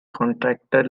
contractor